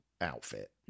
outfit